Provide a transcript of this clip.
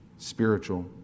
spiritual